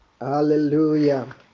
hallelujah